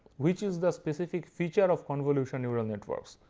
which is the specific feature of convolution neural networks.